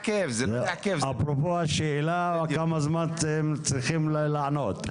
אפרופו השאלה כמה זמן הם צריכים לענות.